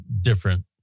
different